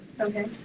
Okay